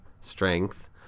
strength